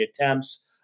attempts